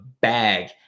bag